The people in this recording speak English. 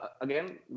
again